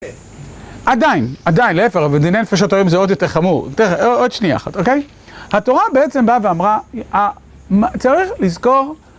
עדיין, עדיין, להפך, בדיני נפשות היום זה עוד יותר חמור, תכף, עוד שנייה אחת, אוקיי? התורה בעצם באה ואמרה, צריך לזכור